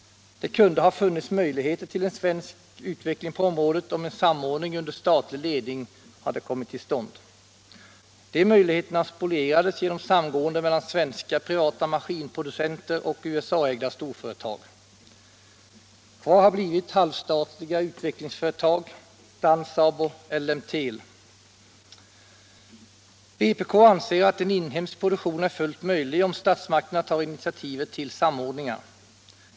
Det kunde ha funnits möjligheter till en svensk utveckling på området om en samordning under statlig ledning hade kommit till stånd. De möjligheterna spolierades genom samgående mellan svenska privata maskinproducenter och USA-ägda storföretag. Kvar har blivit halvstatliga utvecklingsföretag, Stansaab och Ellemtel. Vpk anser att en inhemsk produktion är fullt möjlig om statsmakterna tar initiativet till samordning.